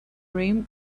rim